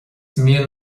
mian